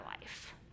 life